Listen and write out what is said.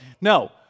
No